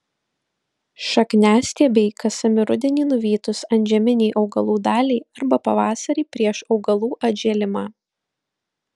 šakniastiebiai kasami rudenį nuvytus antžeminei augalų daliai arba pavasarį prieš augalų atžėlimą